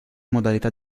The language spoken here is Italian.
modalità